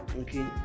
okay